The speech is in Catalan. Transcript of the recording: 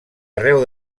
arreu